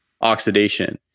oxidation